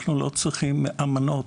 אנחנו לא צריכים אמנות